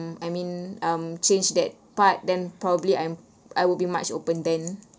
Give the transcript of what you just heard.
I mean um change that part then probably I'm I will be much open then